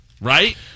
Right